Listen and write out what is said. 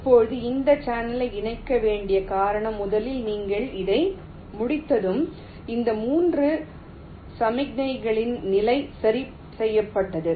இப்போது இந்த சேனலை இணைக்க வேண்டிய காரணம் முதலில் நீங்கள் இதை முடித்ததும் இந்த 3 சமிக்ஞைகளின் நிலை சரி செய்யப்பட்டது